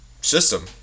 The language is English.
system